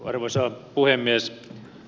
arvoisa puhemies